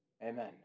Amen